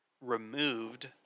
removed